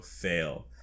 fail